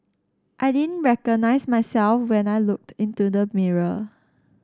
I didn't recognise myself when I looked into the mirror